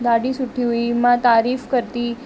ॾाढी सुठी हुई मां तारीफ़ करती